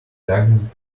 diagnosed